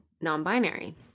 non-binary